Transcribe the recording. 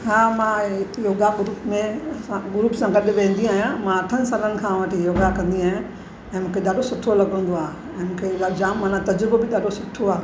हा मां yoga group में सां ग्रुप सां गॾु वेंदी आहियां मां अठनि सालनि खां वठी योगा कंदी आहियां ऐं मूंखे ॾाढो सुठो लॻंदो आहे ऐं मूंखे इलाही जाम माना तज़ुर्बो बि ॾाढो सुठो आहे